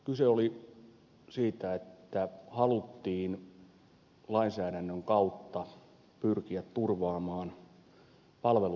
kyse oli siitä että haluttiin lainsäädännön kautta pyrkiä turvaamaan palvelut kuntalaisille